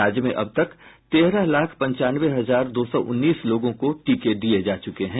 राज्य में अब तक तेरह लाख पंचानवे हजार दो सौ उन्नीस लोगों को टीके दिये जा चुके हैं